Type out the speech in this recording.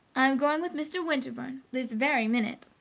i am going with mr. winterbourne this very minute.